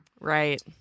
Right